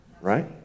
Right